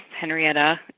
Henrietta